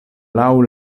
laŭ